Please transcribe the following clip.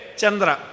Chandra